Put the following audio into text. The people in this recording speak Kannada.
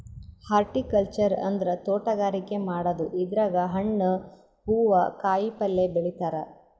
ಹಾರ್ಟಿಕಲ್ಚರ್ ಅಂದ್ರ ತೋಟಗಾರಿಕೆ ಮಾಡದು ಇದ್ರಾಗ್ ಹಣ್ಣ್ ಹೂವಾ ಕಾಯಿಪಲ್ಯ ಬೆಳಿತಾರ್